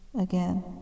again